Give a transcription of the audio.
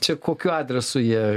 čia kokiu adresu jie